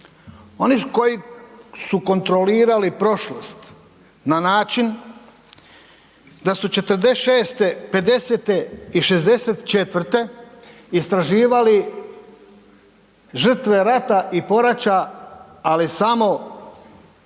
Oni koji su kontrolirali prošlost na način da su 46.-te, 50.-te i 64.-te istraživali žrtve rata i poraća, ali samo jednih,